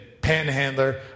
panhandler